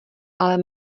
ale